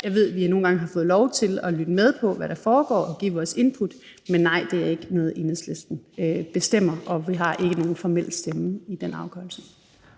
Jeg ved, at vi nogle gange har fået lov til at lytte med på, hvad der foregår, og give vores input, men nej, det er ikke noget, Enhedslisten bestemmer, og vi har ikke nogen formel stemme i den afgørelse.